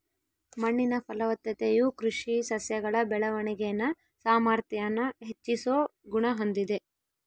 ಮಣ್ಣಿನ ಫಲವತ್ತತೆಯು ಕೃಷಿ ಸಸ್ಯಗಳ ಬೆಳವಣಿಗೆನ ಸಾಮಾರ್ಥ್ಯಾನ ಹೆಚ್ಚಿಸೋ ಗುಣ ಹೊಂದಿದೆ